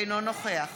אינו נוכח